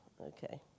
okay